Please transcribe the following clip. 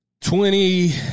Twenty